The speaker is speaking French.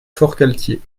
forcalquier